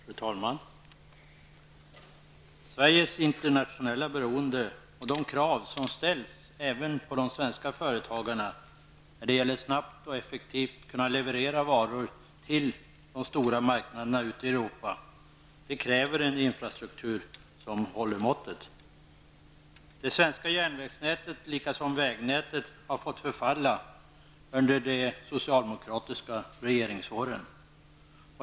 Fru talman! Sveriges internationella beroende och de krav som ställs även på svenska företagare när det gäller att snabbt och effektivt leverera varor till de stora marknaderna ute i Europa kräver en infrastruktur som håller måttet. Det svenska järnvägsnätet liksom vägnätet har fått förfalla under de socialdemokratiska regeringsåren.